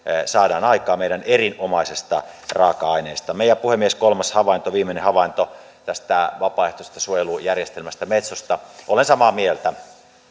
saadaan aikaan meidän erinomaisesta raaka aineesta puhemies kolmas viimeinen havainto tästä vapaaehtoisesta suojelujärjestelmästä metsosta olen samaa mieltä